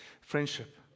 friendship